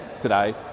Today